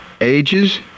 Ages